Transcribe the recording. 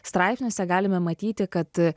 straipsniuose galime matyti kad